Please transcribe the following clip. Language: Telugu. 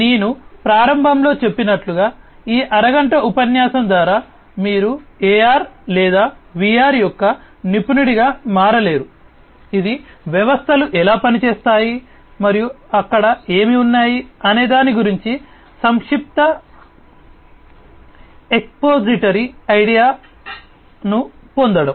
నేను ప్రారంభంలో చెప్పినట్లుగా ఈ అరగంట ఉపన్యాసం ద్వారా మీరు AR లేదా VR యొక్క నిపుణుడిగా మారలేరు ఇది వ్యవస్థలు ఎలా పనిచేస్తాయి మరియు అక్కడ ఏమి ఉన్నాయి అనే దాని గురించి సంక్షిప్త ఎక్స్పోజిటరీ ఆలోచనను పొందడం